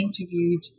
interviewed